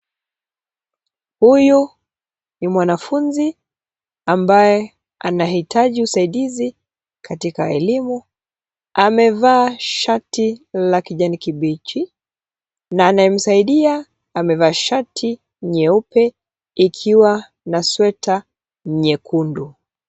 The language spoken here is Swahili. Huyu ni mwanafunzi ambaye anahitaji usaidizi katika elimu. Amevaa shati la kijani kibichi na anayemsaidia amevalia shati nyeupe ikiwa na sweta nyekundu.